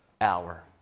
hour